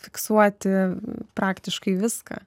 fiksuoti praktiškai viską